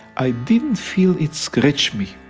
i didn't feel it scratch me.